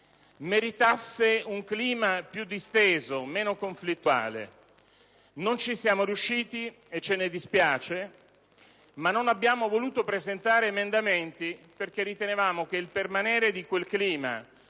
meritasse un clima più disteso e meno conflittuale. Non ci siamo riusciti e ce ne dispiace. Tuttavia, non abbiamo voluto presentare emendamenti a causa del permanere di quel clima,